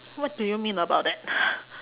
what do you mean about that